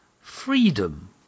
freedom